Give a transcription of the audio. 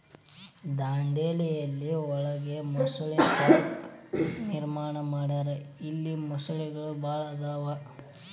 ದಾಂಡೇಲಿ ಒಳಗ ಮೊಸಳೆ ಪಾರ್ಕ ನಿರ್ಮಾಣ ಮಾಡ್ಯಾರ ಇಲ್ಲಿ ಮೊಸಳಿ ಭಾಳ ಅದಾವ